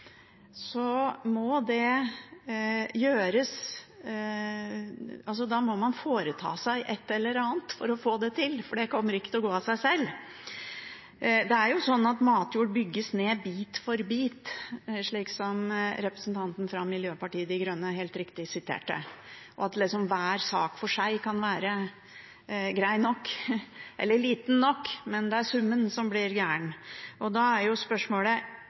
så må man foreta seg et eller annet for å få det til, for det kommer ikke til å gå av seg selv. Det er jo sånn at matjord bygges ned bit for bit, slik som representanten fra Miljøpartiet De Grønne helt riktig sa, og at hver sak for seg kan være grei nok eller liten nok, men det er summen som blir gal. Da er spørsmålet: